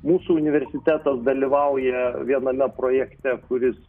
mūsų universitetas dalyvauja viename projekte kuris